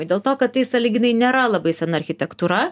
dėl to kad tai sąlyginai nėra labai sena architektūra